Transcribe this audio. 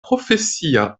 profesia